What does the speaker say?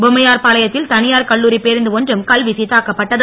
பொம்மையார்பானையத்தில் தனியார் கல்லூரி பேருந்து ஒன்றும் கல்வீசி தாக்கப்பட்டது